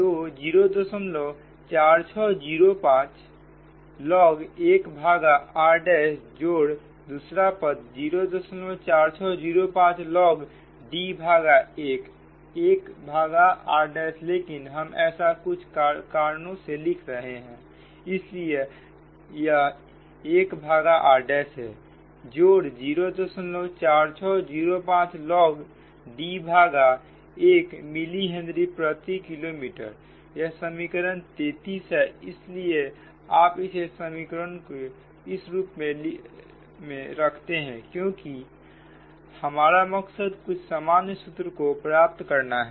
तो 04605 log एक भागा r' जोड़ दूसरा पद 04605 log D भागा एक एक भागा r' लेकिन हम ऐसा कुछ कारणों से रख रहे हैं इसलिए यह एक भागा r' है जोड़ 04605 log D भागा 1 मिली हेनरी प्रति किलोमीटर यह समीकरण 33 है इसलिए आप इसे समीकरण को इस रूप में रखते हैं क्योंकि हमारा मकसद कुछ सामान्य सूत्र को प्राप्त करना है